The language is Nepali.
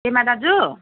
पेमा दाजु